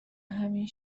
همین